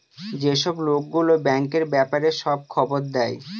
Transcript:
যেসব লোক গুলো ব্যাঙ্কের ব্যাপারে সব খবর দেয়